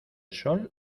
sol